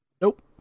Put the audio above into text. Nope